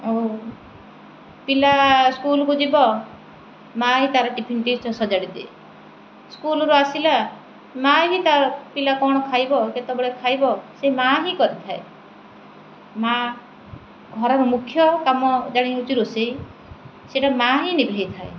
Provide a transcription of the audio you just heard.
ପିଲା ସ୍କୁଲକୁ ଯିବ ମା ହିଁ ତାର ଟିଫିନ୍ ସଜାଡ଼ି ଦିଏ ସ୍କୁଲରୁ ଆସିଲା ମା ହିଁ ତାର ପିଲା କ'ଣ ଖାଇବ କେତେବେଳେ ଖାଇବ ସେ ମା ହିଁ କରିଥାଏ ମା ଘରର ମୁଖ୍ୟ କାମ ଜାଣି ହେଉଛି ରୋଷେଇ ସେଇଟା ମା ହିଁ ନିଭେଇଥାଏ